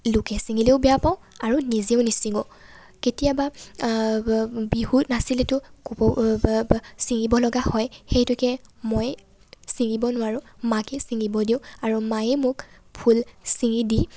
লোকে ছিঙিলেও বেয়া পাওঁ আৰু নিজেও নিছিঙো কেতিয়াবা বিহু নাচিলেতো কপৌ ছিঙিবলগা হয় সেইটোকে মই ছিঙিব নোৱাৰোঁ মাকে ছিঙিব দিওঁ আৰু মায়ে মোক ফুল ছিঙি দি